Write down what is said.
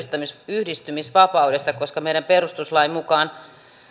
yhdistymisvapaudesta koska meidän perustuslain mukaan